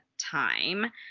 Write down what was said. time